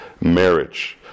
marriage